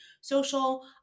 social